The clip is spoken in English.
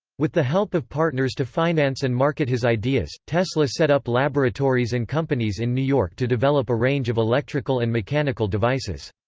with the help of partners to finance and market his ideas, tesla set up laboratories and companies in new york to develop a range of electrical and mechanical devices.